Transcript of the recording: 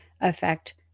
affect